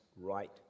right